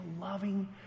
loving